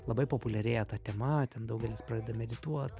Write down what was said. labai populiarėja ta tema ten daugelis pradeda medituot